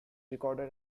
recorded